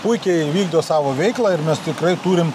puikiai vykdo savo veiklą ir mes tikrai turim